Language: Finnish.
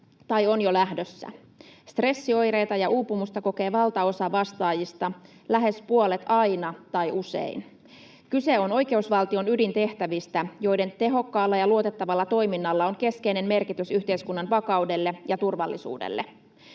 tai on jo lähdössä. Stressioireita ja uupumusta kokee valtaosa vastaajista, lähes puolet aina tai usein. Kyse on oikeusvaltion ydintehtävistä, joiden tehokkaalla ja luotettavalla toiminnalla on keskeinen merkitys yhteiskunnan vakaudelle ja turvallisuudelle.